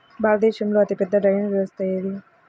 భారతదేశంలో అతిపెద్ద డ్రైనేజీ వ్యవస్థ ఏది?